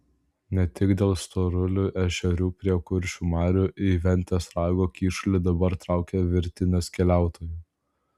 ne tik dėl storulių ešerių prie kuršių marių į ventės rago kyšulį dabar traukia virtinės keliautojų